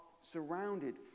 surrounded